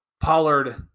pollard